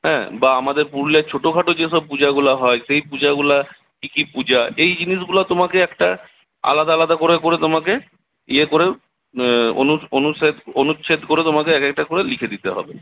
হ্যাঁ বা আমাদের পুরুলিয়ার ছোটোখাটো যেসব পূজাগুলা হয় সেই পূজাগুলা কি কি পূজা এই জিনিসগুলা তোমাকে একটা আলাদা আলাদা করে করে তোমাকে ইয়ে করে অনু অনুচ্ছে অনুচ্ছেদ করে তোমাকে একেকটা করে লিখে দিতে হবে